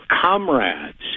comrades